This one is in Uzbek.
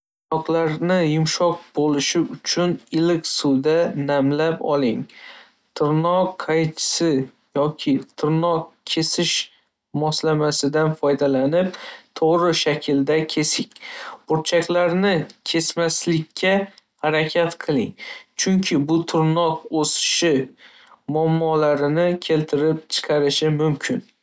yumshoq bo'lishi uchun iliq suvda namlab oling. Tirnoq qaychisi yoki tirnoq kesish moslamasidan foydalanib, to'g'ri shaklda kesing. Burchaklarni kesmaslikka harakat qiling, chunki bu tirnoq o‘sishi muammolarini keltirib chiqarishi mumkin.